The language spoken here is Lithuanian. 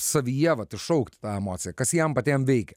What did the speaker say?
savyje vat iššaukti tą emociją kas jiem patiem veikia